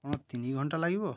କ'ଣ ତିନି ଘଣ୍ଟା ଲାଗିବ